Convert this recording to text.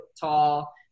tall